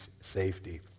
safety